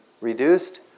reduced